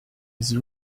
his